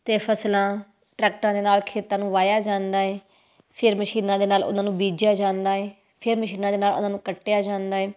ਅਤੇ ਫਸਲਾਂ ਟਰੈਕਟਰਾਂ ਦੇ ਨਾਲ ਖੇਤਾਂ ਨੂੰ ਵਾਹਿਆ ਜਾਂਦਾ ਹੈ ਫਿਰ ਮਸ਼ੀਨਾਂ ਦੇ ਨਾਲ ਉਹਨਾਂ ਨੂੰ ਬੀਜਿਆ ਜਾਂਦਾ ਹੈ ਫਿਰ ਮਸ਼ੀਨਾਂ ਦੇ ਨਾਲ ਉਹਨਾਂ ਨੂੰ ਕੱਟਿਆ ਜਾਂਦਾ ਹੈ